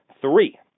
three